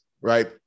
right